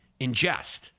ingest